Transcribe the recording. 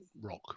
rock